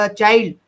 child